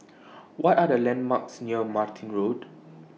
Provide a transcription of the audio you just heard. What Are The landmarks near Martin Road